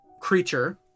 creature